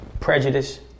Prejudice